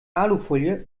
alufolie